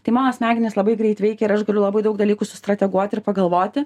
tai mano smegenys labai greit veikia ir aš galiu labai daug dalykų sustrateguoti ir pagalvoti